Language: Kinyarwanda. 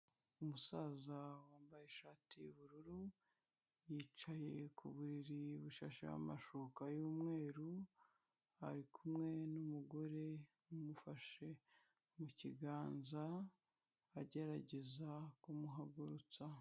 Umusaza wambaye ishati y'ubururu, yicaye ku buriri bufasheho amashuka y'umweru, ari kumwe n'umugore umufashe mu kiganza, agerageza kumuhagurutsa.